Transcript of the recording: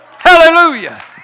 Hallelujah